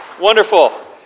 Wonderful